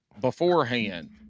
beforehand